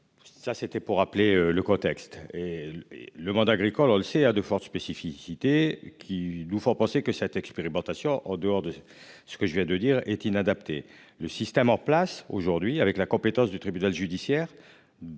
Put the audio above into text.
Ça c'était pour rappeler le contexte et. Le monde agricole, on le sait à de fortes spécificités qui nous font penser que cette expérimentation en dehors de ce que je viens de dire est inadapté. Le système en place aujourd'hui avec la compétence du tribunal judiciaire.